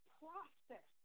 process